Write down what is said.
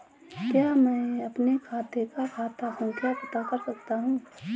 क्या मैं अपने खाते का खाता संख्या पता कर सकता हूँ?